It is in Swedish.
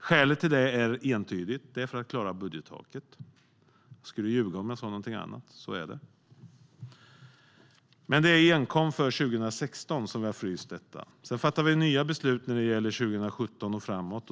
Skälet till det är entydigt. Det är för att klara budgettaket. Jag skulle ljuga om jag sa någonting annat. Så är det. Men det är enkom för 2016 som vi har fryst detta. Sedan fattar vi nya beslut när det gäller 2017 och framåt.